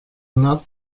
not